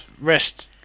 rest